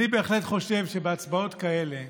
אני בהחלט חושב שבהצבעות כאלה,